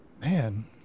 man